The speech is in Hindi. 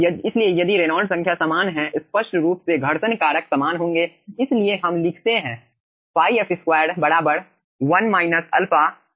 इसलिए यदि रेनॉल्ड्स संख्या समान हैं स्पष्ट रूप से घर्षण कारक समान होंगे इसलिए हम लिख सकते हैं ϕf 2 बराबर 1 1 α है